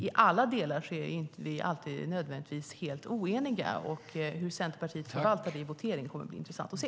I alla delar är vi inte nödvändigtvis helt oeniga. Hur Centerpartiet förvaltar det i voteringen kommer att bli intressant att se.